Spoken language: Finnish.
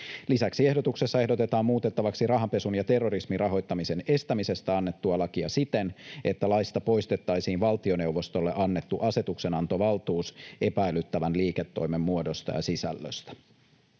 Lisäksi ehdotuksessa ehdotetaan muutettavaksi rahanpesun ja terrorismin rahoittamisen estämisestä annettua lakia siten, että laista poistettaisiin valtioneuvostolle annettu asetuksenantovaltuus epäilyttävän liiketoimen muodosta ja sisällöstä.